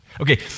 Okay